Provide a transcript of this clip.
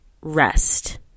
rest